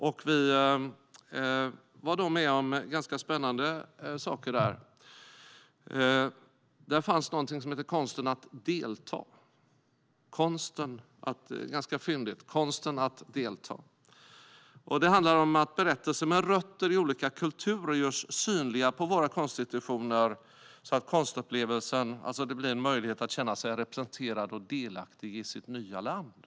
Vi fick vara med om ganska spännande saker. Där fanns någonting som heter Konsten att delta. Det är ganska fyndigt: Konsten att delta. Det handlar om att berättelser med rötter i olika kulturer görs synliga på våra konstinstitutioner, vilket ger människor en möjlighet att känna sig representerade och delaktiga i sitt nya land.